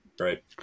Right